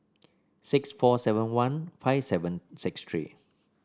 six four seven one five seven six three